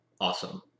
awesome